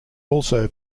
also